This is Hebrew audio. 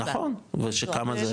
נכון ושכמה זה?